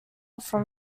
from